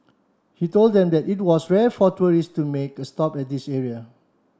he told them that it was rare for tourists to make a stop at this area